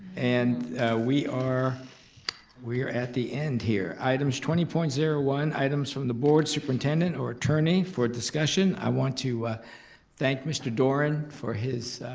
and we are we are at the end here. items twenty point zero one, items from the board, superintendent, or attorney for discussion. i want to thank mr. doran for his